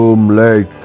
Lake